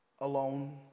alone